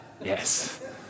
Yes